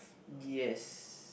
yes